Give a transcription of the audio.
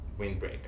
windbreaker